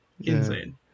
insane